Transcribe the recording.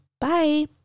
bye